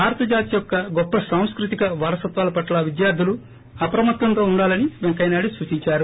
భారత జాతి యొక్క గొప్ప సాంస్కృతిక వారసత్వాలపట్ల విద్యార్దులు అప్రమత్తతో ఉండాలని పెంకయ్యనాయుడు సూచించారు